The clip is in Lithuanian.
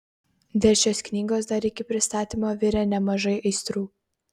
dėl šios knygos dar iki pristatymo virė nemažai aistrų